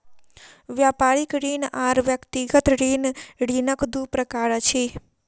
व्यापारिक ऋण आर व्यक्तिगत ऋण, ऋणक दू प्रकार अछि